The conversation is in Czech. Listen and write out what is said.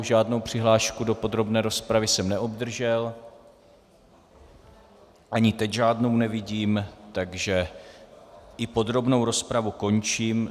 Žádnou přihlášku do podrobné rozpravy jsem neobdržel, ani teď žádnou nevidím, takže i podrobnou rozpravu končím.